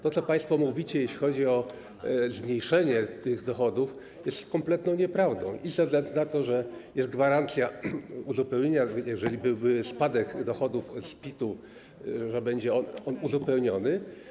To, co państwo mówicie, jeśli chodzi o zmniejszenie tych dochodów, jest kompletną nieprawdą i ze względu na to, że jest gwarancja uzupełnienia, jeżeli byłby spadek dochodów z PIT-u, że będzie on uzupełniony.